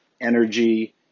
energy